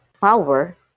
power